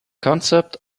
concept